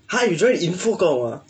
!huh! you join info comm ah